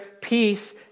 peace